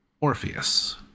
Orpheus